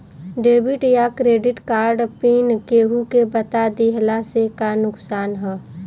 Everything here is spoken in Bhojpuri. डेबिट या क्रेडिट कार्ड पिन केहूके बता दिहला से का नुकसान ह?